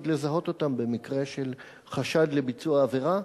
לזהות אותם במקרה של חשד לביצוע עבירה.